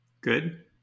Good